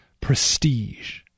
Prestige